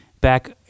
back